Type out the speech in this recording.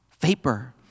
Vapor